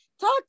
talk